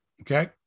Okay